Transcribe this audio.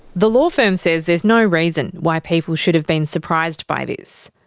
the law firm says there's no reason why people should have been surprised by this.